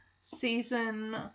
season